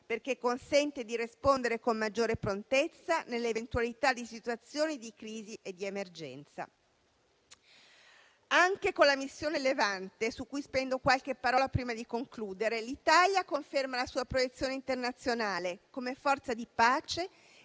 perché consente di rispondere con maggiore prontezza nell'eventualità di situazioni di crisi e di emergenza. Anche con la missione Levante, su cui spendo qualche parola prima di concludere, l'Italia conferma la sua proiezione internazionale come forza di pace